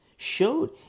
showed